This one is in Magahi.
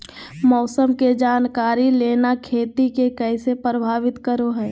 मौसम के जानकारी लेना खेती के कैसे प्रभावित करो है?